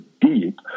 deep